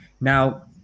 Now